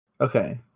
Okay